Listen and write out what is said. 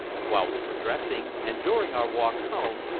while we were dressing, and during our walk home,